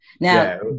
Now